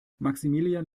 maximilian